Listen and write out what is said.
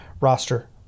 roster